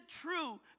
true